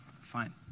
fine